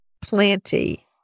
plenty